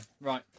Right